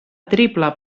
triple